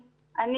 אני.